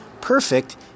perfect